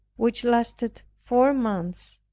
which lasted four months,